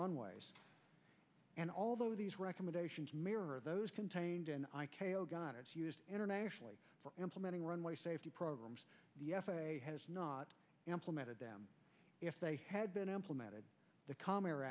runways and although these recommendations mirror those contained in i k o got it internationally for implementing runway safety programs the f a a has not implemented them if they had been implemented the c